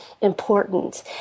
important